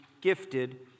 gifted